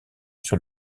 sur